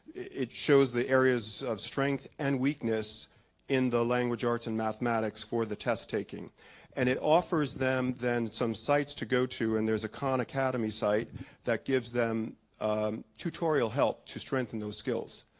it shows the areas of strength and weakness in the language arts and mathematics for the test taking and it offers them then some sites to go to and there's a khan academy site that gives them tutorial help to strengthen those skills.